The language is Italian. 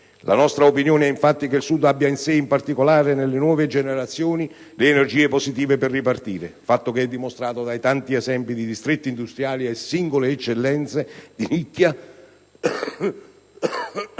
La nostra opinione è infatti che il Sud abbia in sé, in particolare nelle nuove generazioni, le energie positive per ripartire, fatto che è dimostrato dai tanti esempi di distretti industriali e di singole eccellenze di nicchia,